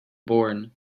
born